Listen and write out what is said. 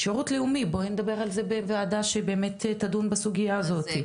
שירות לאומי בואי נדבר על זה בוועדה שבאמת תדון בסוגיה הזאתי.